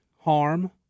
harm